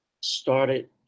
started